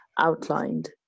outlined